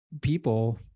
people